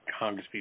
congresspeople